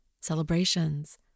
celebrations